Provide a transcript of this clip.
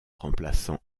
remplaçant